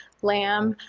lamb,